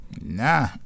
Nah